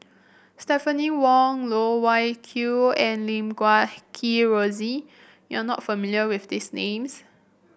Stephanie Wong Loh Wai Kiew and Lim Guat Kheng Rosie you are not familiar with these names